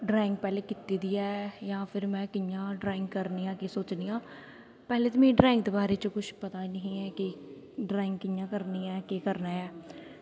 drawing पैह्लें कीती दी ऐ जां फिर में कि'यां ड्राईंग करनी आं कि सोचनी आं पैह्लें ते मिगी ड्राईंग दे बारे च कुछ पता निं ऐ हा कि ड्राईंग कि'यां करनी ऐ केह् करना ऐ